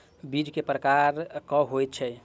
बीज केँ प्रकार कऽ होइ छै?